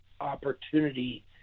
opportunity